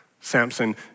Samson